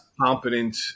competent